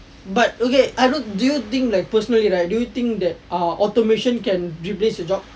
but okay I don't do you think like personally do you think that err automation can replace your job